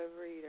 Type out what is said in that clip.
overeater